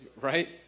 Right